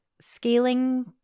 scaling